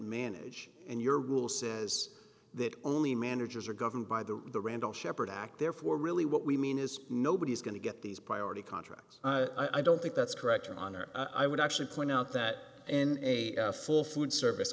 manage and your rule says that only managers are governed by the randall shepherd act therefore really what we mean is nobody is going to get these priority contracts i don't think that's correct your honor i would actually point out that in a full food service